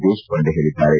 ದೇಶಪಾಂಡೆ ಹೇಳಿದ್ದಾರೆ